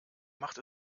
macht